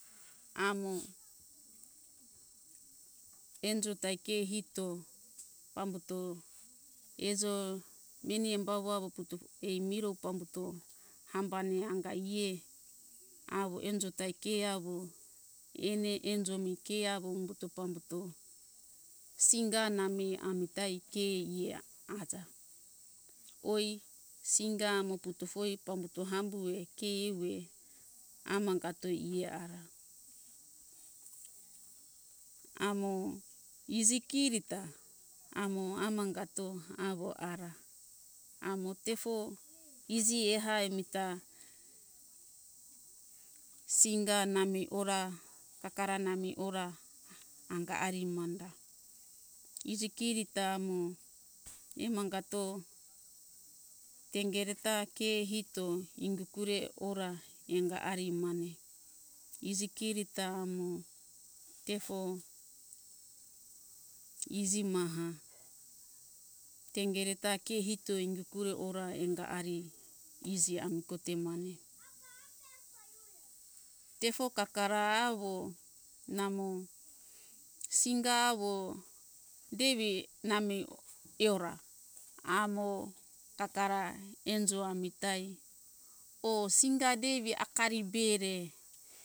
Amo enjo ta ke hito pambuto ejo meni embo awo - awo puto ai miro pambuto hambane anga ie awo enjo tai ke awo ene enjo mi ke awo umbuto pambuto singa nami amita ikei ia aja oi singa amo puto foi pambuto hambu oe keiuwe amagato ia ara amo iji kiri ta amo amangato awo ara amo tefo iji eha emita singa nami ora kakara nami ora anga ari manda iji kirita mo emangato tengereta ke hito ingukure ora enga ari mane iji kirita amo tefo iji maha tengereta ke hito ingikure ora enga ari iji ami kote mane tefo kakara awo namo singa awo devi na mei eora amo kakara enjo amitai or singa deivi akari be re